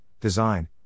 design